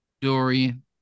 Dorian